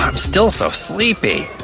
um still so sleepy.